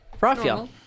Raphael